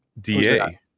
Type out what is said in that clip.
DA